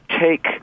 take